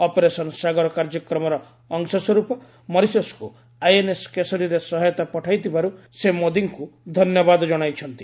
operation Sagar କାର୍ଯ୍ୟକ୍ରମର ଅଂଶସ୍ୱରୂପ ମରିସସ୍କୁ ଆଇଏନ୍ଏସ୍ କେଶରୀରେ ସହାୟତା ପଠାଇଥିବାରୁ ସେ ଶ୍ରୀ ମୋଦୀଙ୍କୁ ଧନ୍ୟବାଦ ଜଣାଇଛନ୍ତି